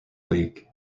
league